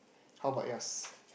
how about yours